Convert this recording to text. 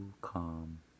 calm